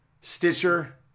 Stitcher